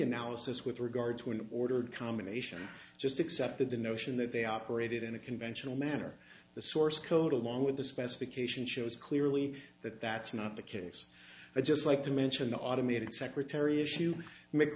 analysis with regard to an ordered combination just accepted the notion that they operated in a conventional manner the source code along with the specification shows clearly that that's not the case i just like to mention the automated secretary issue make